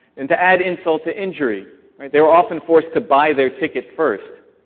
and to add insult to injury they were often forced to buy their ticket first,